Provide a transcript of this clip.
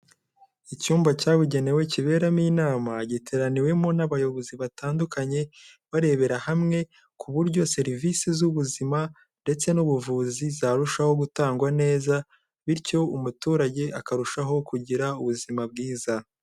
Icyumba cyabugenewe kiberamo inama giteraniwemo n'Abayobozi batandukanye, barebera hamwe ku buryo serivisi z'ubuzima ndetse n'ubuvuzi zarushaho gutangwa neza, bityo umuturage akarushaho kugira ubuzima bwiza.